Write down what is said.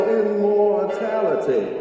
immortality